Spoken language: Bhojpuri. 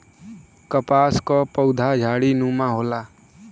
कपास क पउधा झाड़ीनुमा होला